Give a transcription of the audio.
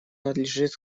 надлежит